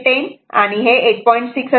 खरेतर हे 10 आणि 8